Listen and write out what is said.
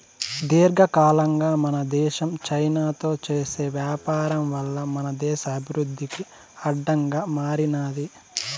దీర్ఘకాలంగా మన దేశం చైనాతో చేసే వ్యాపారం వల్ల మన దేశ అభివృద్ధికి అడ్డంగా మారినాది